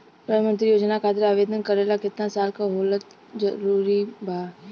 प्रधानमंत्री योजना खातिर आवेदन करे ला केतना साल क होखल जरूरी बा?